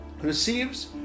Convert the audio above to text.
receives